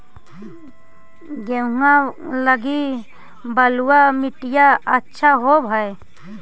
गेहुआ लगी बलुआ मिट्टियां अच्छा होव हैं?